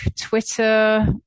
Twitter